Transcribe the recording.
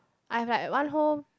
I have like one whole